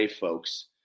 folks